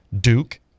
Duke